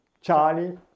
Charlie